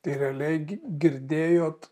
tai realiai girdėjot